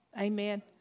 Amen